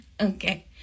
okay